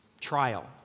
trial